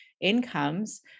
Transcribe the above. incomes